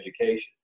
education